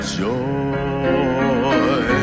joy